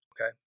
okay